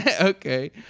Okay